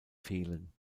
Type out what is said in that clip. fehlen